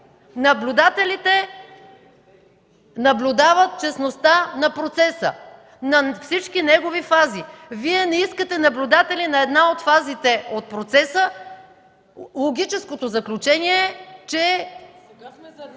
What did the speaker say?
наблюдателите наблюдават честността на процеса, на всички негови фази. Вие не искате наблюдатели на една от фазите от процеса. Логическото заключение е, че...